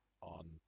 on